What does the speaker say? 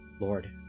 Lord